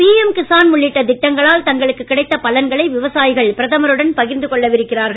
PM Kisan உள்ளிட்ட திட்டங்களால் தங்களுக்கு கிடைத்த பலன்களை விவசாயிகள் பிரதமருடன் பகிர்ந்து கொள்ள இருக்கிறார்கள்